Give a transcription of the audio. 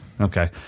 Okay